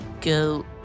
go